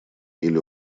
или